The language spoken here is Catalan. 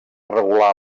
regular